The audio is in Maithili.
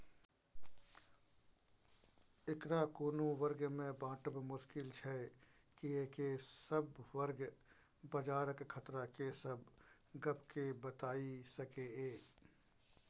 एकरा कुनु खास वर्ग में बाँटब मुश्किल छै कियेकी सब वर्ग बजारक खतरा के सब गप के बताई सकेए